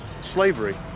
slavery